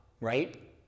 right